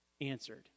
answered